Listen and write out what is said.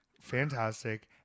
Fantastic